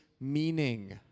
meaning